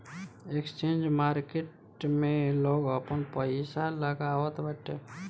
exchange market में लोग आपन पईसा लगावत बाटे